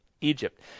Egypt